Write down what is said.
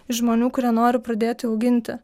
žmonių kurie nori pradėti auginti